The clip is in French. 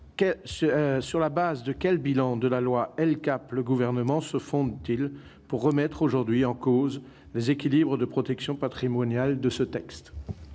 Sur quel bilan de la loi LCAP le Gouvernement se fonde-t-il pour remettre aujourd'hui en cause les équilibres de protection patrimoniale de ce texte ?